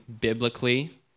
biblically